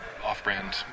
off-brand